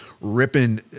ripping